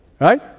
right